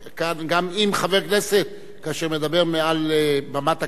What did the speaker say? גם אם חבר כנסת מדבר מעל במת הכנסת